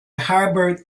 hybrid